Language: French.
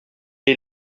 est